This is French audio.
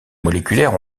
moléculaires